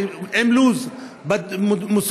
עם לו"ז מסוים,